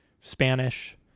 spanish